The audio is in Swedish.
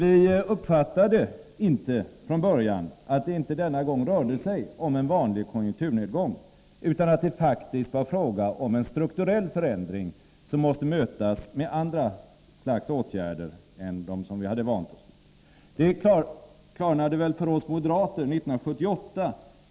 I början uppfattade vi inte att det inte rörde sig om en vanlig konjunkturnedgång, utan att det faktiskt var fråga om en strukturell förändring, som måste mötas med andra åtgärder än dem som vi hade vant oss vid. Det klarnade för oss moderater 1978.